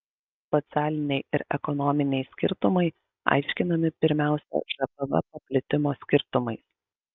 socialiniai ir ekonominiai skirtumai aiškinami pirmiausia žpv paplitimo skirtumais